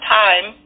time